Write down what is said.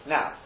Now